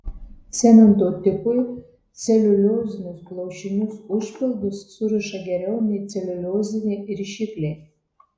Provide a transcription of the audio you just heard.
cemento tipui celiuliozinius plaušinius užpildus suriša geriau nei celiulioziniai rišikliai